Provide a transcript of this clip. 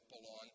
belong